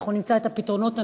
אנחנו נמצא את הפתרונות הנכונים,